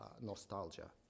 nostalgia